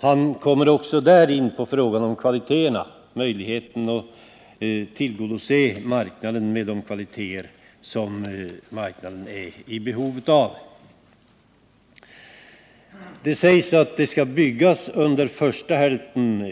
Han kommer också där in på frågan om kvaliteterna, möjligheten att tillgodose marknaden med de kvaliteter som marknaden är i behov av. Det sägs att grovvalsverket skall byggas under första hälften